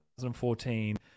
2014